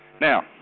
Now